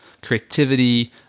creativity